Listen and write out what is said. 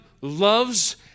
loves